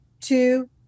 Two